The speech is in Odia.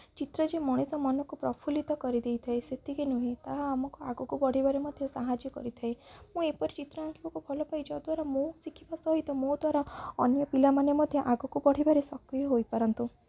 ଚିତ୍ର ଯେ ମଣିଷ ମନକୁ ପ୍ରଫୁଲ୍ଲିତ କରିଦେଇଥାଏ ସେତିକି ନୁହେଁ ତାହା ଆମକୁ ଆଗକୁ ବଢ଼ିବାରେ ମଧ୍ୟ ସାହାଯ୍ୟ କରିଥାଏ ମୁଁ ଏପରି ଚିତ୍ର ଆଙ୍କିବାକୁ ଭଲପାଏ ଯଦ୍ୱାରା ମୁଁ ଶିଖିବା ସହିତ ମୋ ଦ୍ଵାରା ଅନ୍ୟ ପିଲାମାନେ ମଧ୍ୟ ଆଗକୁ ବଢ଼ିବାରେ ସକ୍ରିୟ ହୋଇପାରନ୍ତୁ